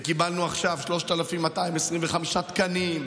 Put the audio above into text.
וקיבלנו עכשיו 3,225 תקנים,